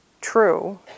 true